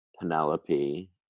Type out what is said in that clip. Penelope